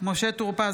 משה טור פז,